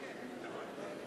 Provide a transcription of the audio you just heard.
כבוד הנשיאים!